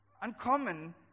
uncommon